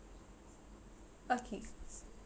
okay